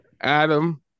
Adam